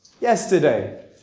yesterday